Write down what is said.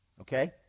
Okay